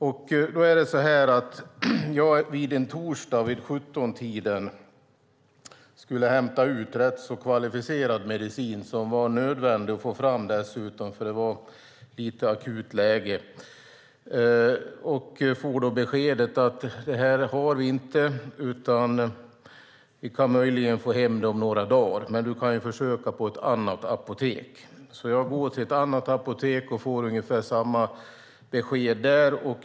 Vid 17-tiden en torsdag skulle jag hämta ut ganska kvalificerad medicin som var nödvändig att få fram; det var ett något akut läge. Jag fick beskedet att man inte hade medicinen, men möjligen kunde få fram den om några dagar och att jag kunde försöka på ett annat apotek. Jag gick till ett annat apotek och fick ungefär samma besked.